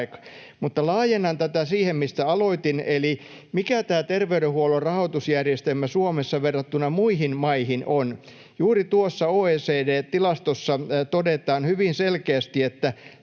laajennan tätä siihen, mistä aloitin, eli mikä on tämä terveydenhuollon rahoitusjärjestelmä Suomessa verrattuna muihin maihin. Juuri tuossa OECD-tilastossa todetaan hyvin selkeästi, että